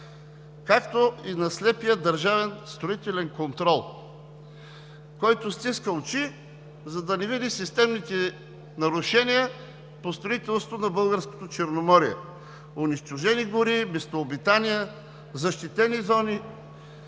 както и на слепия Държавен строителен контрол, който стиска очи, за да не види системните нарушения по строителството на Българското Черноморие – унищожени гори, местообитания, защитени зони,